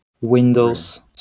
Windows